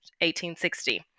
1860